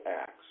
acts